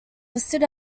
listed